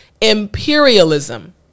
imperialism